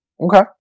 Okay